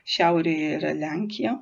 šiaurėje yra lenkija